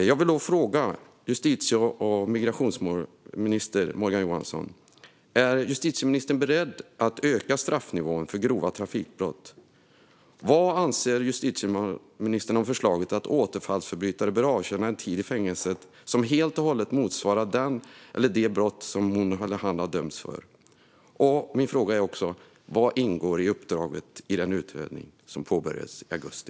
Jag vill fråga justitie och migrationsminister Morgan Johansson: Är justitieministern beredd att öka straffnivån för grova trafikbrott? Vad anser justitieministern om förslaget att återfallsförbrytare bör avtjäna en tid i fängelset som helt och hållet motsvarar det eller de brott som hon eller han har dömts för? Min fråga är också: Vad ingår i uppdraget för den utredning som påbörjades i augusti?